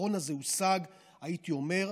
שהניצחון הזה הושג, הייתי אומר,